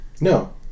No